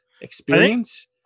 experience